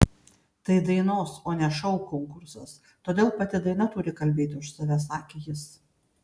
tai dainos o ne šou konkursas todėl pati daina turi kalbėti už save sakė jis